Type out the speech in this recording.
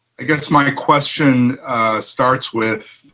i guess my question starts with